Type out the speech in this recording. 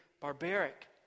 barbaric